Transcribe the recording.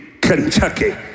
Kentucky